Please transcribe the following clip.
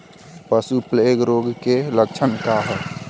पशु प्लेग रोग के लक्षण का ह?